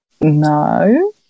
no